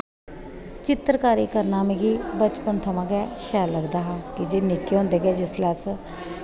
चित्तरकारी करना मिगी बचपन कोला गै शैल लगदा हा ते निक्के होंदे गै जिसलै अस